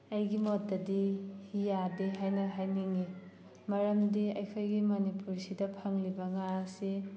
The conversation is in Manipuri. ꯑꯩꯒꯤ ꯃꯣꯠꯇꯗꯤ ꯌꯥꯗꯦ ꯍꯥꯏꯅ ꯍꯥꯏꯅꯤꯡꯉꯤ ꯃꯔꯝꯗꯤ ꯑꯩꯈꯣꯏꯒꯤ ꯃꯅꯤꯄꯨꯔꯁꯤꯗ ꯐꯪꯂꯤꯕ ꯉꯥ ꯑꯁꯤ